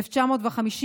התש"י 1950,